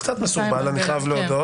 קצת מסורבל אני חייב להודות.